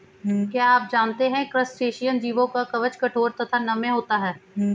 क्या आप जानते है क्रस्टेशियन जीवों का कवच कठोर तथा नम्य होता है?